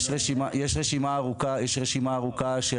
יש רשימה ארוכה של